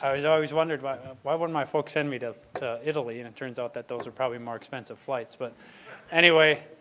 i always always wondered but why wouldn't my folks send me to italy? and it turns out that those are probably more expensive flights. but anyway,